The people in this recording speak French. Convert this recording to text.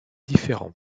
différents